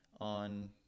on